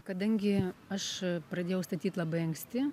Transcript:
kadangi aš pradėjau statyt labai anksti